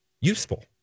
useful